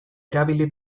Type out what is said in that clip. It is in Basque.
erabili